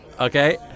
Okay